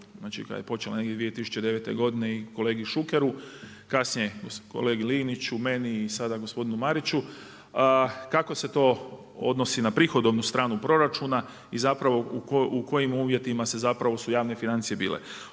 znači kada je počela 2009. godine i kolegi Šukeru, kasnije kolegi Liniću, meni i sada gospodinu Marići, kako se to odnosi na prihodovnu stranu proračuna i u kojim uvjetima su javne financije bile.